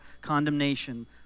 condemnation